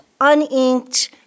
uninked